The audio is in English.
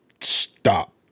stop